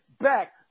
back